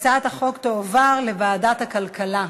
הצעת החוק תועבר לוועדת הכלכלה.